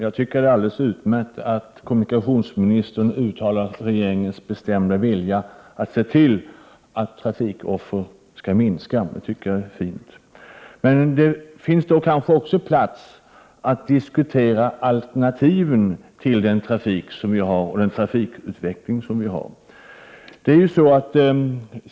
Herr talman! Det är alldeles utmärkt att kommunikationsministern här — 30 maj 1989 uttalar regeringens bestämda vilja att se till att antalet trafikoffer skall minska. Jag tycker detta är bra. Men det finns också plats för att diskutera alternativen till den trafik och trafikutveckling vi har i dag.